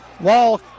Wall